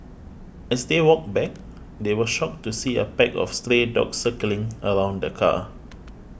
as they walked back they were shocked to see a pack of stray dogs circling around the car